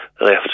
left